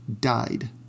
died